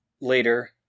later